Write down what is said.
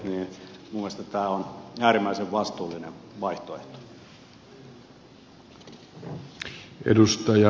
minusta tämä on äärimmäisen vastuullinen vaihtoehto